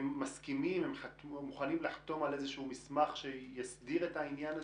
הם מוכנים לחתום על איזה שהוא מסמך שיסדיר את העניין הזה,